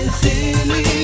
silly